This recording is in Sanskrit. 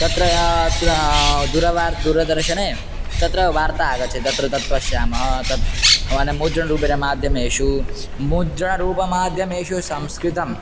तत्र तत् दूरवाणी दूरदर्शने तत्र वार्ता आगच्छति अत्र तत् पश्यामः तत् माने मुद्रणरूपेण माध्यमेषु मुद्रणरूपमाध्यमेषु संस्कृतं